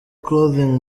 clothing